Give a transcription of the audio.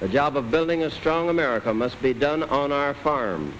the job of building a strong america must be done on our farm